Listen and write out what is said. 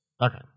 Okay